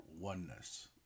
oneness